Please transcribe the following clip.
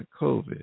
COVID